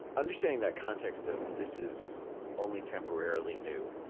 and saying that context of this is only temporarily new